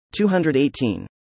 218